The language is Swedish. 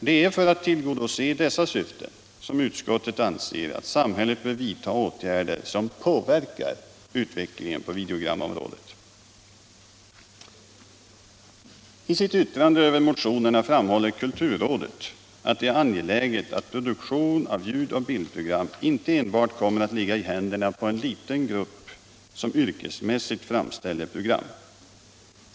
Det är för att tillgodose dessa syften som utskottet anser att samhället bör vidta åtgärder som påverkar utvecklingen på videogramområdet. I sitt yttrande över motionerna framhåller kulturrådet att det är angeläget att produktion av ljud och bildprogram inte enbart kommer att ligga i händerna på en liten grupp som yrkesmässigt framställer program.